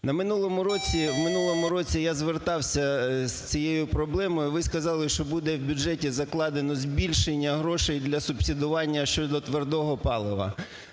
В минулому році я звертався з цією проблемою, ви сказали, що буде в бюджеті закладено збільшення грошей для субсидування щодо твердого палива.